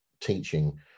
teaching